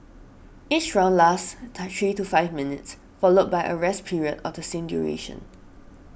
each round lasts three to five minutes followed by a rest period of the same duration